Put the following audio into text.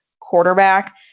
quarterback